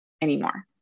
anymore